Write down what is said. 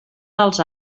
dels